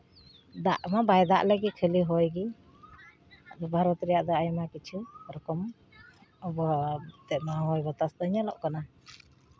ᱫᱟᱜ ᱦᱚᱸ ᱵᱟᱭ ᱫᱟᱜ ᱞᱟᱹᱜᱤᱫ ᱠᱷᱟᱹᱞᱤ ᱦᱚᱭ ᱜᱮ ᱟᱵᱚ ᱵᱷᱟᱨᱚᱛ ᱨᱮᱭᱟᱜ ᱫᱚ ᱟᱭᱢᱟ ᱠᱤᱪᱷᱩ ᱳᱭ ᱨᱚᱠᱚᱢ ᱟᱵᱳᱦᱟᱣᱟ ᱛᱮᱜ ᱦᱚᱸ ᱦᱚᱭ ᱵᱟᱛᱟᱥ ᱫᱚ ᱧᱮᱞᱚᱜ ᱠᱟᱱᱟ